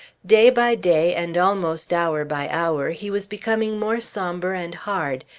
day by day, and almost hour by hour, he was becoming more sombre and hard,